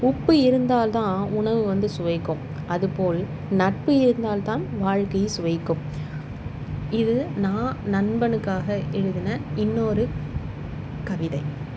உப்பு இருந்தால் தான் உணவு வந்து சுவைக்கும் அது போல் நட்பு இருந்தால் தான் வாழ்க்கை சுவைக்கும் இது நான் நண்பனுக்காக எழுதின இன்னொரு கவிதை